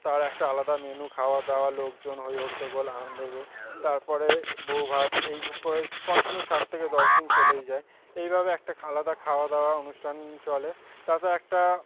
তার একটা আলাদা মেনু খাওয়া দাওয়া লোকজন হই হট্টগোল আনন্দ তার পরে বউভাত এই করে কন্টিনিউ সাত থেকে দশ দিন চলেই যায় এইভাবে একটা আলাদা খাওয়া দাওয়া অনুষ্ঠান চলে তারপর একটা